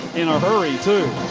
in a hurry, too.